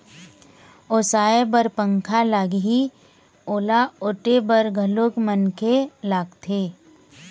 ओसाय बर पंखा लागही, ओला ओटे बर घलोक मनखे लागथे